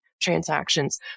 transactions